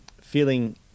feeling